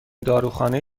داروخانه